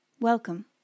Welcome